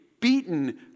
beaten